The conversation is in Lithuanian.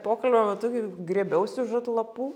pokalbio metu kaip griebiausi už atlapų